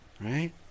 right